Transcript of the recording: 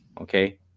Okay